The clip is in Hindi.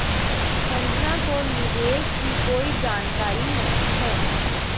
संजना को निवेश की कोई जानकारी नहीं है